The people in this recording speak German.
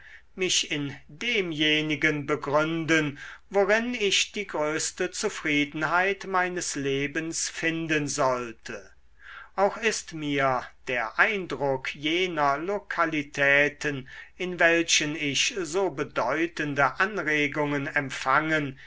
mich in demjenigen begründen worin ich die größte zufriedenheit meines lebens finden sollte auch ist mir der eindruck jener lokalitäten in welchen ich so bedeutende anregungen empfangen